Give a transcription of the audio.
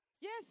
Yes